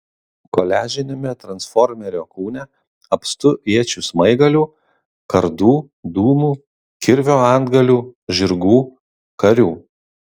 koliažiniame transformerio kūne apstu iečių smaigalių kardų dūmų kirvio antgalių žirgų karių